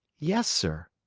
yes, sir.